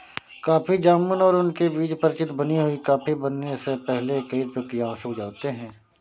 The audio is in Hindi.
कॉफी जामुन और उनके बीज परिचित भुनी हुई कॉफी बनने से पहले कई प्रक्रियाओं से गुजरते हैं